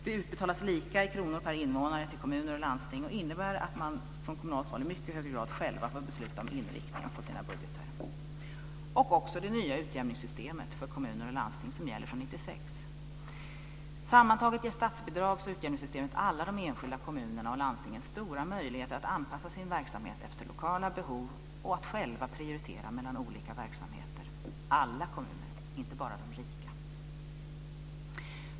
Det utbetalas lika i kronor per invånare till kommuner och landsting, och det innebär att man från kommunalt håll i mycket hög grad själv får besluta om inriktningen på sina budgetar. Vi har också det nya utjämningssystemet för kommuner och landsting som gäller från 1996. Sammantaget ger statsbidrags och utjämningssystemet alla de enskilda kommunerna och landstingen stora möjligheter att anpassa sin verksamhet efter lokala behov, och att själva prioritera mellan olika verksamheter. Det gäller alla kommuner - inte bara de rika.